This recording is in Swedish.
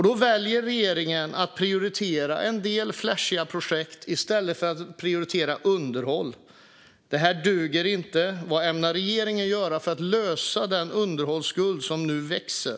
Då väljer regeringen att prioritera en del flashiga projekt i stället för att prioritera underhåll. Det duger inte. Vad ämnar regeringen göra för att komma till rätta med den underhållsskuld som nu växer?